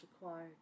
required